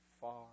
Far